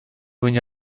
viņu